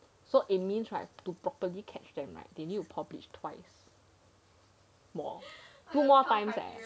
so it means right to properly catch them right they need pour bleach twice more two more times leh